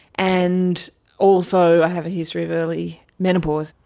and also i have a history of early menopause.